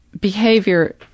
behavior